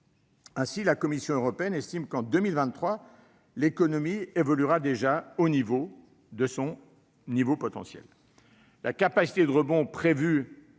Ainsi, la Commission européenne estime qu'en 2023 l'économie évoluera déjà à son niveau potentiel.